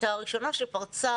שהייתה הראשונה שפרצה